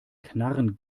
knarren